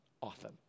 often